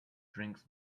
drinks